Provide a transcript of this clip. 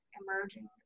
emerging